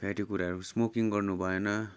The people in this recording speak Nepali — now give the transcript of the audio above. फ्याटी कुराहरू स्मोकिङ गर्नु भएन